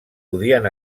podien